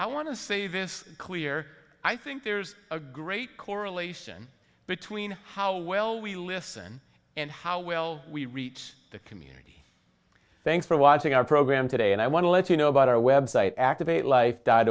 i want to say this clear i think there's a great correlation between how well we listen and how well we reach the community thanks for watching our program today and i want to let you know about our web site activate life died